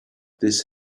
this